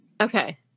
Okay